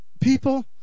people